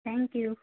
thank you